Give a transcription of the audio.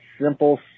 simple